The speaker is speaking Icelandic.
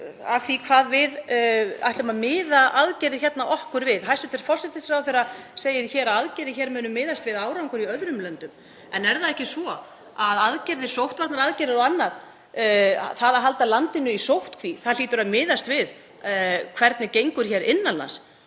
að því hvað við ætlum að miða aðgerðir okkar við. Hæstv. forsætisráðherra segir að aðgerðir hér muni miðast við árangur í öðrum löndum. En er það ekki svo að sóttvarnaaðgerðir og annað, það að halda landinu í sóttkví, hlýtur að miðast við hvernig gengur hér innan